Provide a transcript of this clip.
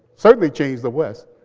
certainly changed the west,